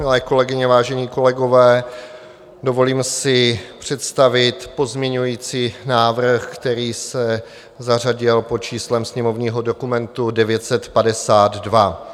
Milé kolegyně, vážení kolegové, dovolím si představit pozměňovací návrh, který se zařadil pod číslem sněmovního dokumentu 952.